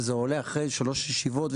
וזה עולה אחרי שלוש ישיבות,